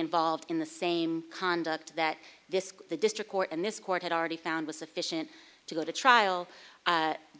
involved in the same conduct that this the district court and this court had already found was sufficient to go to trial